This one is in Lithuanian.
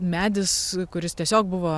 medis kuris tiesiog buvo